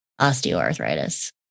osteoarthritis